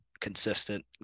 consistent